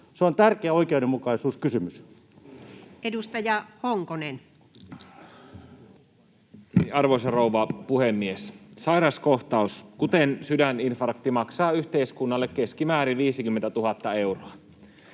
Se on tärkeä oikeudenmukaisuuskysymys. Edustaja Honkonen. Arvoisa rouva puhemies! Sairaskohtaus, kuten sydäninfarkti, maksaa yhteiskunnalle keskimäärin 50 000 euroa.